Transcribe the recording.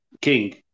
King